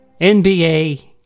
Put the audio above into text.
NBA